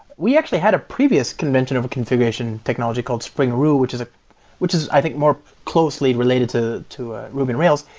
we actually had a previous convention over configuration technology called spring roo, which is ah which is i think more closely related to to ah ruby on rails.